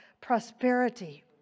prosperity